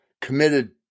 committed